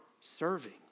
serving